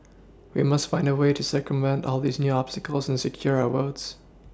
we must find a way to circumvent all these new obstacles and secure our votes